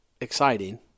exciting